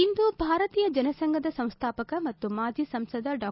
ಇಂದು ಭಾರತೀಯ ಜನಸಂಘದ ಸಂಸ್ಥಾಪಕ ಮತ್ತು ಮಾಜಿ ಸಂಸದ ಡಾ